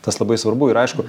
tas labai svarbu ir aišku